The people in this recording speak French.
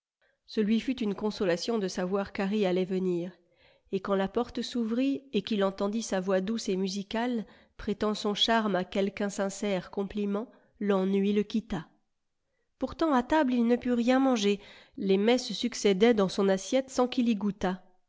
ce lui fut une consolation de savoir qu'harry allait venir et quand la porte s'ouvrit et qu'il entendit sa voix douce et musicale prêtant son charme à quelque insincère compliment l'ennui le quitta pourtant à table il ne put rien manger les mets se succédaient dans son assiette sans qu'il y goûtât